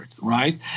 right